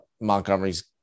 montgomery's